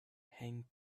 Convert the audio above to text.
hang